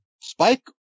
Spike